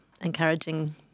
encouraging